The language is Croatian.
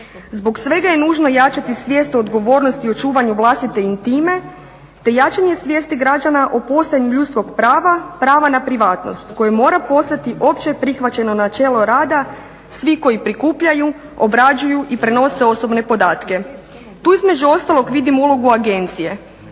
Zbog svega je nužno jačati svijest o odgovornosti i očuvanju vlastite intime te jačanje svijesti građana o postojanju ljudskog prava, prava na privatnost, koje mora postati opće prihvaćeno načelo rada svih koji prikupljaju, obrađuju i prenose osobne podatke. Tu između ostalog vidim ulogu agencije